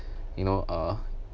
you know uh